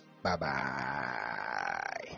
Bye-bye